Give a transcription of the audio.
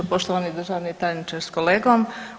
Poštovani državni tajniče s kolegom.